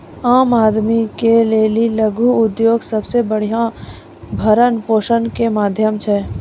आम आदमी के लेली लघु उद्योग सबसे बढ़िया भरण पोषण के माध्यम छै